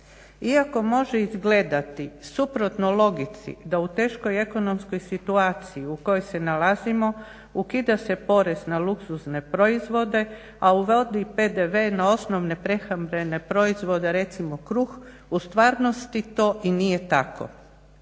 Iako može izgledati suprotno logici da u teškoj ekonomskoj situaciji u kojoj se nalazimo ukida se porez na luksuzne proizvode, a uvodi PDV na osnovne prehrambene proizvode recimo kruh, u stvarnosti to i nije tako.